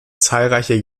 zahlreiche